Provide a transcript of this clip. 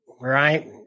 right